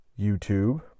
YouTube